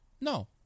No